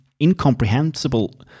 incomprehensible